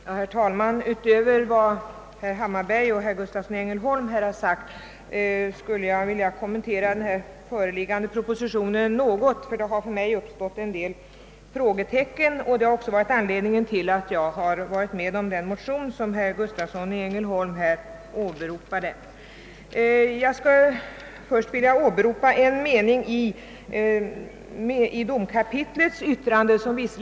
Herr talman! Utöver vad herr Hammarberg och herr Gustavsson i Ängel holm här har sagt skulle jag något vilja kommentera den föreliggande propositionen, ty det har för mig uppstått en del frågetecken. Detta har också varit anledningen till att jag varit med om att underteckna den motion, som herr Gustavsson i Ängelholm åberopade. Enligt proposition nr 22 är det Sveriges förutvarande ambassadör i Schweiz, som genom en skrivelse givit anledning till den föreliggande propositionen.